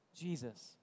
Jesus